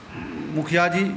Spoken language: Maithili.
मुखिआजी